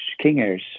kingers